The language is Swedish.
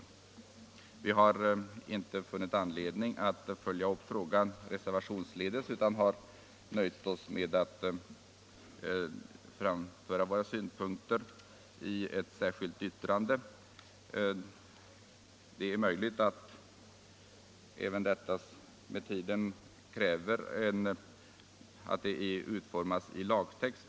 Vi har inte funnit anledning att följa upp frågan reservationsledes utan har nöjt oss med att framföra. våra synpunkter i ett särskilt yttrande. Det är möjligt att det med tiden krävs att även detta utformas i lagtext.